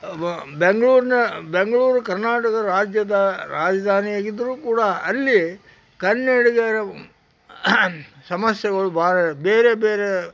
ಬ ಬೆಂಗ್ಳೂರಿನ ಬೆಂಗಳೂರು ಕರ್ನಾಟಕ ರಾಜ್ಯದ ರಾಜಧಾನಿಯಾಗಿದ್ದರೂ ಕೂಡ ಅಲ್ಲಿ ಕನ್ನಡಿಗರ ಸಮಸ್ಯೆಗಳು ಭಾಳ ಬೇರೆ ಬೇರೆ